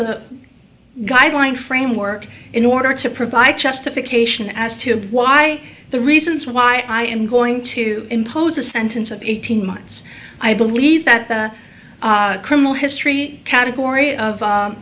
the guideline framework in order to provide justification as to why the reasons why i am going to impose a sentence of eighteen months i believe that the criminal history category of